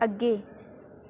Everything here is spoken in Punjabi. ਅੱਗੇ